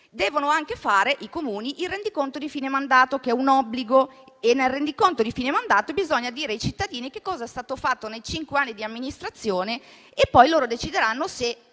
devono anche fare il rendiconto di fine mandato, che è un obbligo; e nel rendiconto di fine mandato bisogna dire ai cittadini che cosa è stato fatto nei cinque anni di amministrazione e poi i cittadini decideranno,